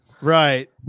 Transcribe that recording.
Right